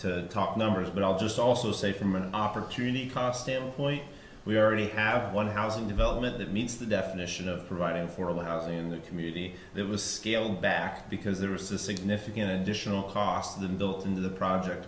to talk numbers but i'll just also say from an opportunity cost him point we already have one housing development that meets the definition of providing affordable housing in the community that was scaled back because there was to signify in additional costs of the built in the project